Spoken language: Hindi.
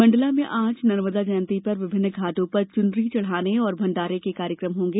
मंडला में आज नर्मदा जयंती पर विभिन्न घाटों पर चुनरी चढ़ाने और भण्डारे के कार्यक्रम होंगे